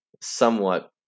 somewhat